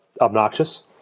obnoxious